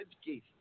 education